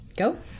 Go